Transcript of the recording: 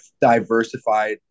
diversified